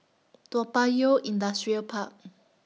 Toa Payoh Industrial Park